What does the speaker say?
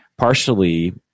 partially